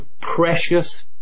Precious